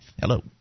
hello